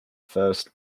first